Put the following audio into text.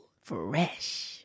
Fresh